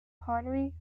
pottery